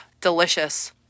delicious